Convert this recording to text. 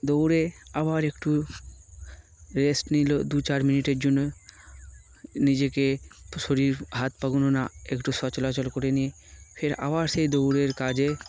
দৌড়ে আবার একটু রেস্ট নিলো দু চার মিনিটের জন্য নিজেকে শরীর হাত পাগোনো না একটু সচলাচল করে নিয়ে ফের আবার সেই দৌড়ের কাজে